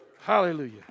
Hallelujah